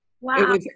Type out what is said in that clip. Wow